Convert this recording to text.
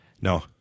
No